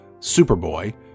Superboy